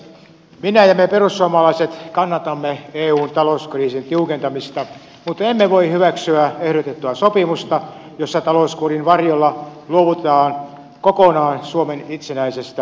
minä ja me perussuomalaiset kannatamme eun talouskurin tiukentamista mutta emme voi hyväksyä ehdotettua sopimusta jossa talouskurin varjolla luovutaan kokonaan suomen itsenäisestä talouspolitiikasta